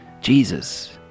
Jesus